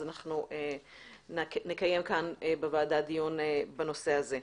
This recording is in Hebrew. אנחנו נקיים כאן בוועדה דיון בנושא הזה.